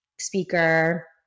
speaker